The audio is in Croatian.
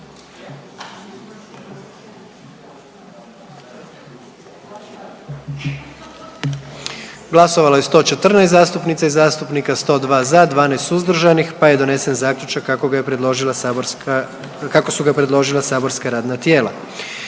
Glasovalo je 122 zastupnica i zastupnika, 77 za, 45 suzdržanih, pa je donesen zaključak kako su ga predložila saborska radna tijela.